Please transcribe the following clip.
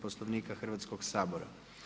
Poslovnika s Hrvatskog sabora.